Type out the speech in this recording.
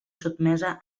sotmesa